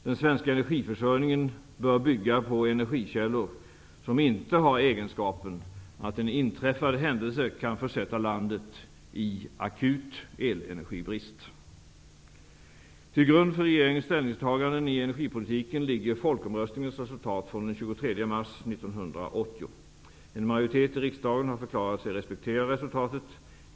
Den svenska energiförsörjningen bör bygga på energikällor som inte har den egenskapen att en inträffad händelse kan försätta landet i akut elenergibrist. Till grund för regeringens ställningstaganden i energipolitiken ligger folkomröstningens resultat från den 23 mars 1980. En majoritet i riksdagen har förklarat sig respektera resultatet.